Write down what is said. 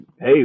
hey